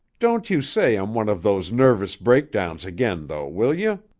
don't you say i'm one of those nervous breakdowns again, though, will you?